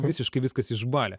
visiškai viskas išbalę